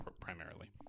Primarily